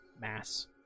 mass